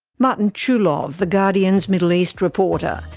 martin chulov, the guardian's middle east reporter.